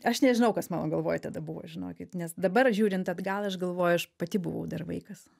aš nežinau kas mano galvoj tada buvo žinokit nes dabar žiūrint atgal aš galvoju aš pati buvau dar vaikas